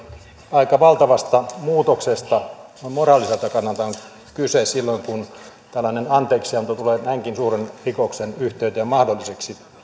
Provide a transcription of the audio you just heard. aika valtavasta muutoksesta noin moraaliselta kannalta on kyse silloin kun tällainen anteeksianto tulee näinkin suuren rikoksen yhteydessä mahdolliseksi